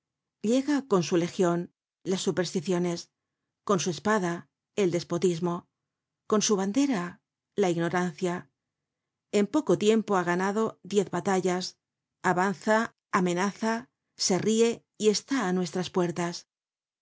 llega con su legion las supersticiones con su espada el despotismo con su bandera la ignorancia en poco tiempo ha ganado diez batallas avanza amenaza se rie y está á nuestras puertas